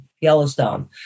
Yellowstone